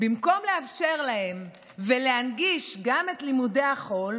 במקום לאפשר להם ולהנגיש גם את לימודי החול,